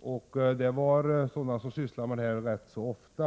Och det var ändå personer som sysslar med dessa frågor rätt ofta.